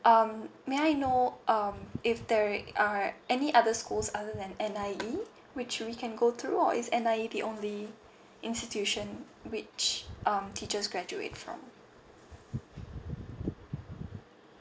um may I know um if there's uh any other schools other than N_I_E which we can go through or is N_I_E the only institution which um teachers graduate from